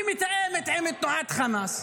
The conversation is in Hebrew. שמתואמת עם תנועת חמאס.